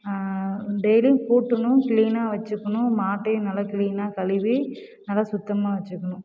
டெய்லியும் கூட்டணும் கிளீனாக வெச்சுக்கணும் மாட்டையும் நல்லா கிளீனாக கழுவி நல்லா சுத்தமாக வெச்சுக்கணும்